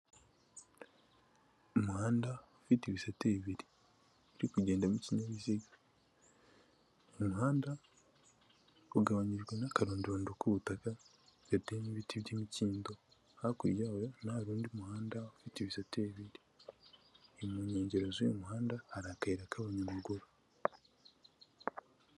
Umuhanda ufite ibisate bibiri, uri kugendamo ikinyabiziga. Umuhanda ugabanyijwe n'akarondorondo k'ubutaka geteyemo ibiti by'imikindo, hakurya yawo na ho hari undi muhanda ufite ibisate bibiri, mu nkengero z'uyu muhanda hari akayira k'abanyamaguru.